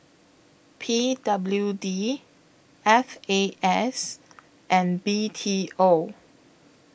P W D F A S and B T O